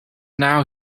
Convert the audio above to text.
now